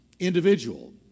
individual